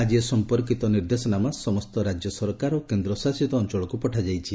ଆଜି ଏ ସମ୍ପର୍କିତ ନିର୍ଦ୍ଦେଶନାମା ସମସ୍ତ ରାଜ୍ୟ ସରକାର ଓ କେନ୍ଦ୍ରଶାସିତ ଅଞ୍ଚଳକୁ ପଠାଯାଇଛି